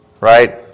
Right